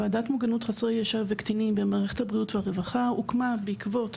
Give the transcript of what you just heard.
ועדת מוגנות חסרי ישע וקטינים במערכת הבריאות והרווחה הוקמה בעקבות